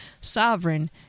sovereign